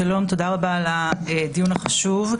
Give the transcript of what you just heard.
שלום, תודה רבה על הדיון החשוב.